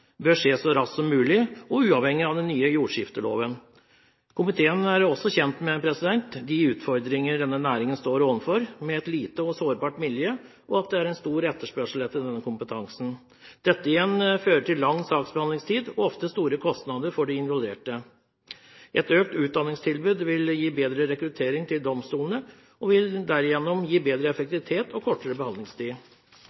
bør skje så raskt som mulig, og uavhengig av den nye jordskifteloven. Komiteen er også kjent med de utfordringer som denne næringen står overfor, med et lite og sårbart miljø og at det er en stor etterspørsel etter denne kompetansen. Dette igjen fører til lang saksbehandlingstid og ofte store kostnader for de involverte. Et økt utdanningstilbud vil gi bedre rekruttering til domstolene og vil derigjennom gi bedre